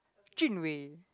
Jun Wei